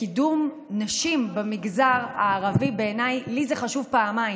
קידום נשים במגזר הערבי, לי זה חשוב פעמיים: